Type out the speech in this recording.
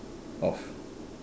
of